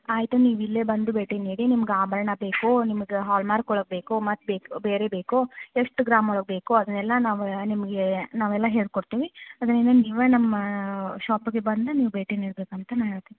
ಆಯಿತು ನೀವು ಇಲ್ಲೇ ಬಂದು ಭೇಟಿ ನೀಡಿ ನಿಮ್ಗೆ ಆಭರಣ ಬೇಕೋ ನಿಮ್ಗೆ ಹಾಲ್ಮಾರ್ಕ್ ಒಳಗೆ ಬೇಕೋ ಮತ್ತು ಬೇಕು ಬೇರೆ ಬೇಕೋ ಎಷ್ಟು ಗ್ರಾಮ್ ಒಳಗೆ ಬೇಕೋ ಅದನ್ನೆಲ್ಲಾ ನಾವು ನಿಮಗೆ ನಾವೆಲ್ಲ ಹೇಳಿ ಕೊಡ್ತೀವಿ ಅದರಿಂದ ನೀವೇ ನಮ್ಮ ಷಾಪಿಗೆ ಬಂದು ನೀವು ಭೇಟಿ ನೀಡಬೇಕಂತ ನಾ ಹೇಳ್ತೀನಿ